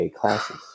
classes